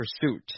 Pursuit